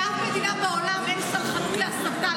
באף מדינה בעולם אין סלחנות להסתה,